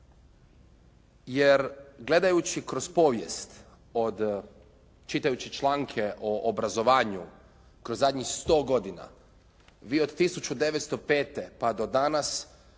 jer gledajući kroz povijest od, čitajući članke o obrazovanju kroz zadnjih 100 godina, vi od 1905. pa do danas